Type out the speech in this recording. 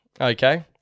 Okay